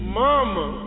mama